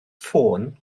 ffôn